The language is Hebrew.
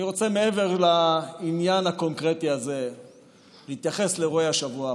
מעבר לעניין הקונקרטי הזה אני רוצה להתייחס לאירועי השבוע האחרון.